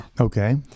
Okay